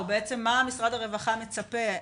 מה משרד הרווחה מצפה,